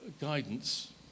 guidance